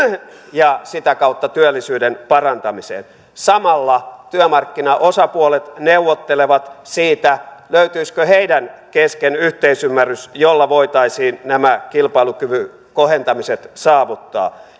ja sitä kautta työllisyyden parantamiseen samalla työmarkkinaosapuolet neuvottelevat siitä löytyisikö heidän kesken yhteisymmärrys jolla voitaisiin nämä kilpailukyvyn kohentamiset saavuttaa